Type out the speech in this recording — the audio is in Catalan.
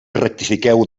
rectifiqueu